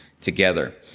together